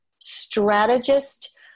strategist